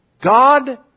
God